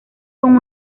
con